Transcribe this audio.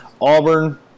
Auburn